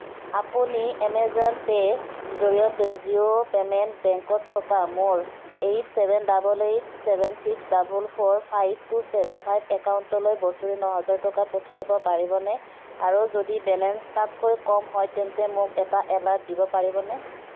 আপুনি এমেজন পে'ৰ জৰিয়তে জিঅ' পে'মেণ্ট বেংকত থকা মোৰ eight seven double eight seven six double four five two seven five একাউণ্টলৈ বছৰি ন হাজাৰ টকা পঠিয়াব পাৰিবনে আৰু যদি বেলেঞ্চ তাতকৈ কম হয় তেন্তে মোক এটা এলাৰ্ট দিব পাৰিবনে